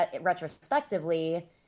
retrospectively